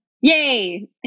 Yay